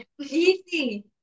Easy